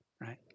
right